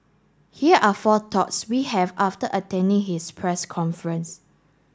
here are four thoughts we have after attending his press conference